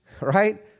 right